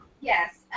Yes